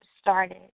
started